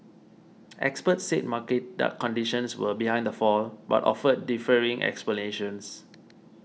experts said market conditions were behind the fall but offered differing explanations